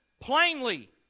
plainly